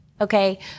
Okay